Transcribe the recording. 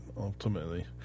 ultimately